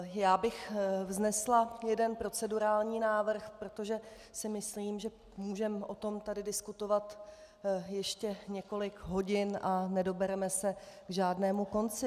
Já bych vznesla jeden procedurální návrh, protože si myslím, že můžeme o tom tady diskutovat ještě několik hodin a nedobereme se k žádnému konci.